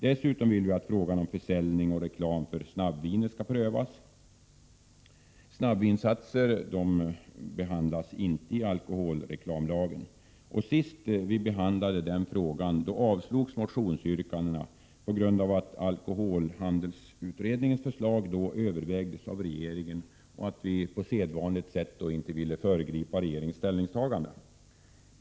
Dessutom vill vi att frågan om försäljning och reklam beträffande snabbvinet skall prövas. Snabbvinsatser behandlas inte i alkoholreklamlagen. Senast när frågan behandlades föll motionsyrkandena på grund av att alkoholhandelsutredningens förslag då övervägdes av regeringen, varför man på sedvanligt sätt inte ville föregripa regeringens ställningstagande.